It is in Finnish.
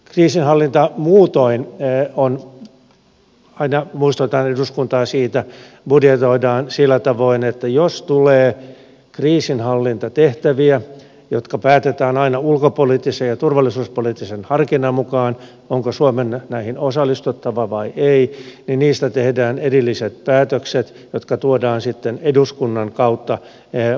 kriisinhallinta muutoin aina muistutan eduskuntaa siitä budjetoidaan sillä tavoin että jos tulee kriisinhallintatehtäviä jotka päätetään aina ulkopoliittisen ja turvallisuuspoliittisen harkinnan mukaan onko suomen näihin osallistuttava vai ei niin niistä tehdään erilliset päätökset jotka tuodaan sitten eduskunnan kautta vahvistettaviksi